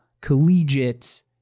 collegiate